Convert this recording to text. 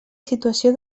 situació